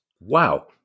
Wow